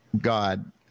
God